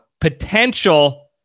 potential